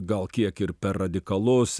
gal kiek ir per radikalus